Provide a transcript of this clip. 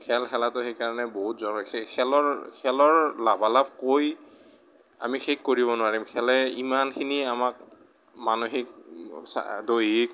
খেল খেলাটো সেইকাৰণে বহুত জম খেলৰ খেলৰ লাভালাভ কৈ আমি শেষ কৰিব নোৱাৰিম খেলে ইমানখিনি আমাক মানসিক দৈহিক